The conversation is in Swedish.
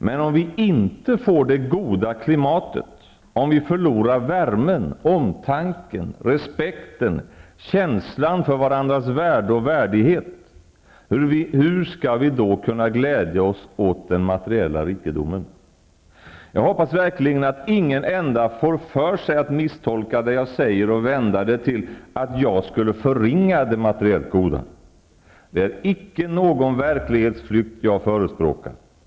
Men om vi inte får det goda klimatet, om vi förlorar värmen, omtanken, respekten, känslan för varandras värde och värdighet, hur skall vi då kunna glädja oss åt den materiella rikedomen? Jag hoppas verkligen att ingen enda får för sig att misstolka det jag säger och vända det till att jag skulle förringa det materiellt goda. Det är icke någon verklighetsflykt jag förespråkar.